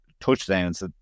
touchdowns